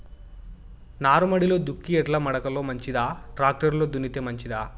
నారుమడిలో దుక్కి ఎడ్ల మడక లో మంచిదా, టాక్టర్ లో దున్నితే మంచిదా?